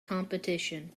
competition